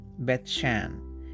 Bethshan